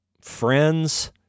friends